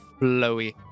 flowy